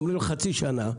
אומרים, חצי שנה.